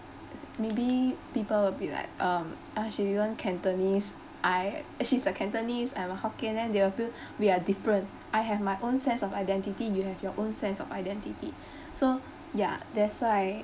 maybe people will be like um uh she learn cantonese I she's a cantonese I'm a hokkien then they will feel we are different I have my own sense of identity you have your own sense of identity so ya that's why